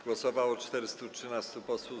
Głosowało 413 posłów.